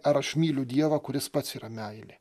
ar aš myliu dievą kuris pats yra meilė